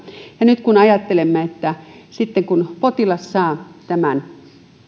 ja nyt kun ajattelemme että sitten kun potilas saa